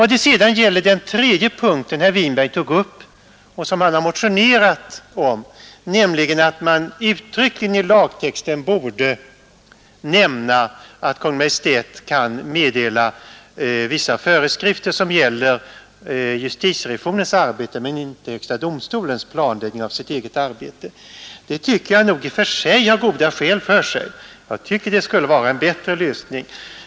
Den tredje punkt som herr Winberg tog upp och som han har motionerat om, nämligen att man uttryckligen i lagtexten borde nämna att Kungl. Maj:t kan meddela vissa föreskrifter som gäller justitierevisionens arbete men inte HD:s planläggning av sitt eget arbete, tycker jag nog på sätt och vis har goda skäl för sig. Det vore en bättre lösning.